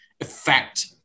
effect